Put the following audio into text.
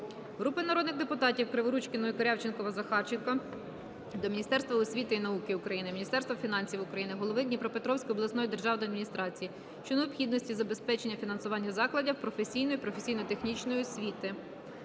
Групи народних депутатів (Криворучкіної, Корявченкова, Захарченка) до Міністерства освіти і науки України, Міністерства фінансів України, голови Дніпропетровської обласної державної адміністрації щодо необхідності забезпечення фінансування закладів професійної (професійно-технічної) освіти.